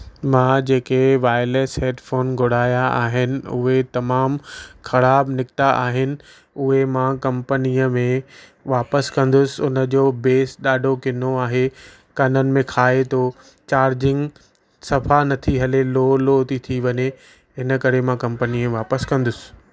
मां जेके wireless headphone घुरायां आहिनि उहे तमामु ख़राबु निकिता आहिनि उहे मां कंपनीअ में वापसि कंदुसि उन जो बेस ॾाढो किनो आहे कननि में खाए थो चार्जिंग सफ़ा नथी हले लो लो थी थी वञे हिन करे मां कंपनीअ वापसि कंदुसि